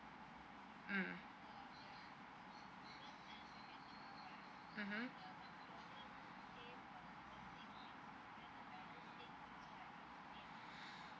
mm mmhmm